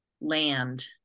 land